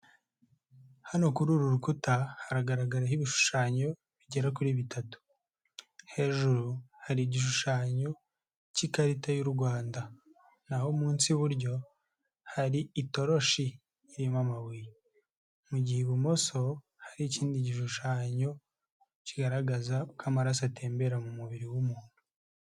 Hano kuri uru rukuta haragaragaraho ibishushanyo bigera kuri bitatu, hejuru hari igishushanyo k'ikarita y'u Rwanda naho munsi y'iburyo hari itoroshi irimo amabuye, mu gihe ibumoso hari ikindi gishushanyo kigaragaza uko amaraso atembera mu mubiri w'umuntu.